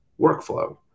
workflow